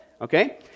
okay